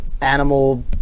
animal